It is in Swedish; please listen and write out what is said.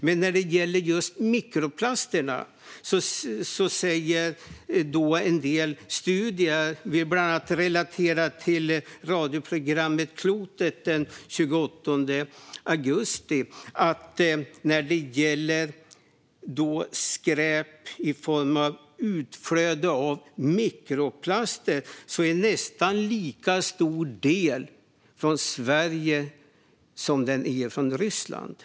Men när det gäller just mikroplasterna säger en del studier - jag vill bland annat referera till radioprogrammet Klotet den 28 augusti - att andelen från Sverige är nästan lika stor som den från Ryssland. Vad vill Moderaterna göra? Du är svaret skyldig, Niklas.